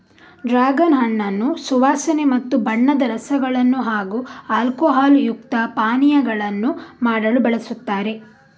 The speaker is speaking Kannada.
ಡ್ರಾಗನ್ ಹಣ್ಣನ್ನು ಸುವಾಸನೆ ಮತ್ತು ಬಣ್ಣದ ರಸಗಳನ್ನು ಹಾಗೂ ಆಲ್ಕೋಹಾಲ್ ಯುಕ್ತ ಪಾನೀಯಗಳನ್ನು ಮಾಡಲು ಬಳಸುತ್ತಾರೆ